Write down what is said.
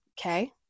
Okay